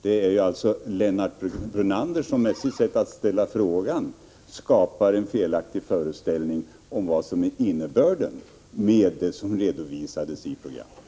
Det är alltså Lennart Brunander som med sitt sätt att ställa frågan skapar en felaktig föreställning om vad som är innebörden i det som redovisades i programmet.